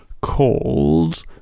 called